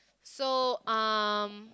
so um